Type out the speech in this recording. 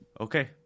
Okay